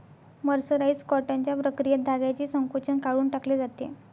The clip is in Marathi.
मर्सराइज्ड कॉटनच्या प्रक्रियेत धाग्याचे संकोचन काढून टाकले जाते